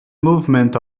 movement